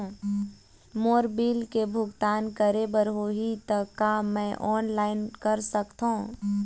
मोर bill के भुगतान करे बर होही ता का मैं ऑनलाइन कर सकथों?